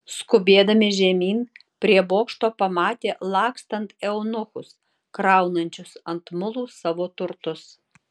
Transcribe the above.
skubėdami žemyn prie bokšto pamatė lakstant eunuchus kraunančius ant mulų savo turtus